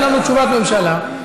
אין לנו תשובת ממשלה.